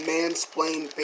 Mansplain